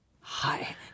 Hi